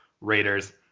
Raiders